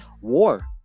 war